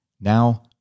Now